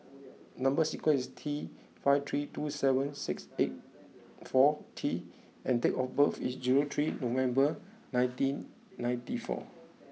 number sequence is T five three two seven six eight four T and date of birth is zero three November nineteen ninety four